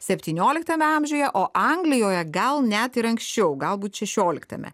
septynioliktame amžiuje o anglijoje gal net ir anksčiau galbūt šešioliktame